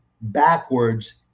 backwards